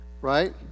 Right